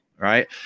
Right